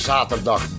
Zaterdag